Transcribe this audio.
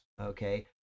okay